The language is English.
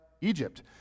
Egypt